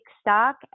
stock